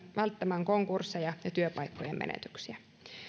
välttämään konkursseja ja työpaikkojen menetyksiä